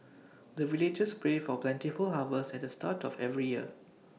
the villagers pray for plentiful harvest at the start of every year